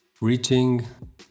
reaching